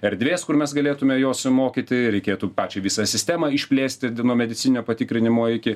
erdvės kur mes galėtume juos mokyti reikėtų pačią visą sistemą išplėsti di nuo medicininio patikrinimo iki